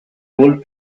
old